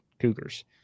Cougars